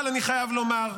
אבל אני חייב לומר,